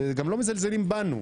גם לא מזלזלים בנו,